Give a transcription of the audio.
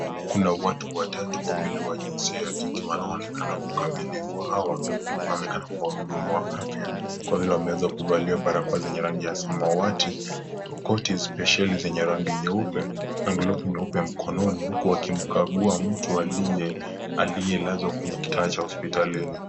Kuna watu watatu wawili wa jinsia ya kike wanaonekana kwa ukamilifu, hawa wanonekana kuwa wahudumu wa afya kwa vile wameweza kuvalia barakoa zenye rangi ya samawati, koti spesheli zenye rangi nyeupe na glovu nyeupe mkononi huku wakimkagua mtu aliyelazwa kwenye kitanda cha hospitalini.